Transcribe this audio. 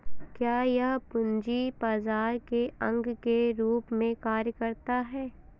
क्या यह पूंजी बाजार के अंग के रूप में कार्य करता है?